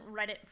Reddit